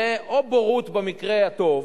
זה או בורות במקרה הטוב